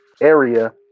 area